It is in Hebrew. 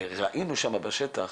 ראינו שם בשטח,